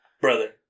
Brother